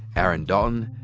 aaron dalton,